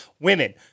Women